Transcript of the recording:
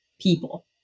people